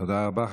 תודה רבה.